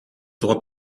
droit